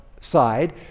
side